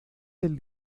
del